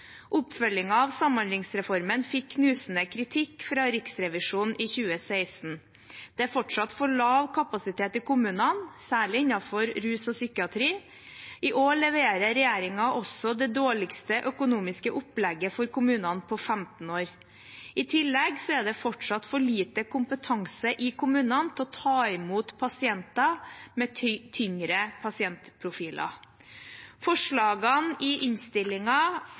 av samhandlingsreformen fikk knusende kritikk fra Riksrevisjonen i 2016. Det er fortsatt for lav kapasitet i kommunene, særlig innenfor rus og psykiatri. I år leverer regjeringen også det dårligste økonomiske opplegget for kommunene på 15 år. I tillegg er det fortsatt for lite kompetanse i kommunene til å ta imot pasienter med tyngre pasientprofiler. Forslagene i